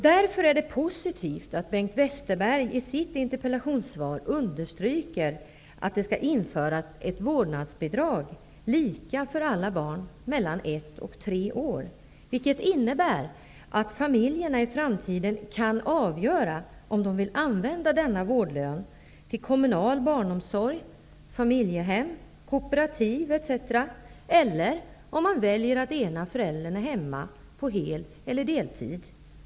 Därför är det positivt att Bengt Westerberg i sitt interpellationssvar understryker att det skall införas ett vårdnadsbidrag som är lika för alla barn i åldern 1--3 år, vilket innebär att familjerna i framtiden kan avgöra om denna vårdlön skall användas till kommunal barnomsorg, familjehem, kooperativ etc. Den ena föräldern kan också välja att vara hemma på hel eller deltid.